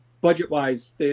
budget-wise